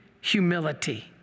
humility